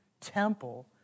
temple